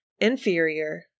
inferior